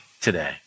today